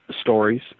stories